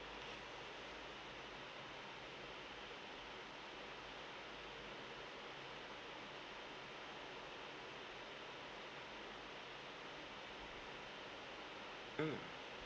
mm